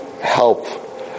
help